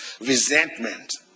resentment